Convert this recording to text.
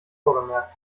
vorgemerkt